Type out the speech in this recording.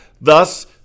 Thus